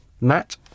Matt